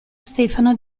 stefano